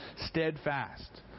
steadfast